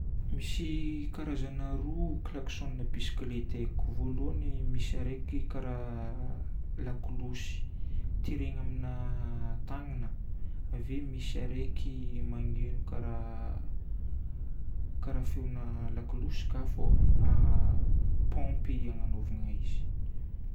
Misy karazagna aroa klaxon-na bisikilety haiko. Voalohany misy araiky karaha lakolosy teregna amina tagnana. Ave misy araiky magneno karaha, karaha feona lakolosy ka fô paompy agnanovana izy.